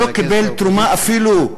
שלא קיבל תרומה אפילו,